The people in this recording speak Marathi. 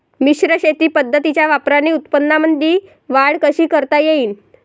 मिश्र शेती पद्धतीच्या वापराने उत्पन्नामंदी वाढ कशी करता येईन?